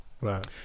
right